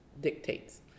dictates